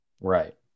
Right